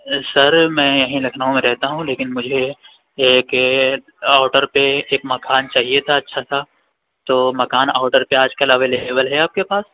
سر میں یہیں لکھنؤ میں رہتا ہوں لیکن مجھے ایک آؤٹر پہ ایک مکان چاہیے تھا اچھا سا تو مکان آؤٹر پہ آج کل اویلیبل ہے آپ کے پاس